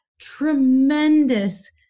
tremendous